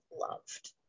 loved